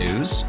News